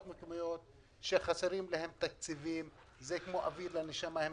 מקומיות שחסרים להן תקציבים כמו אוויר לנשימה.